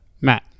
Matt